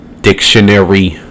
dictionary